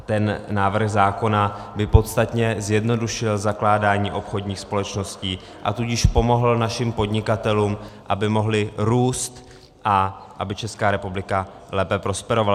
Ten návrh zákona by podstatně zjednodušil zakládání obchodních společností, a tudíž pomohl našim podnikatelům, aby mohli růst a aby Česká republika lépe prosperovala.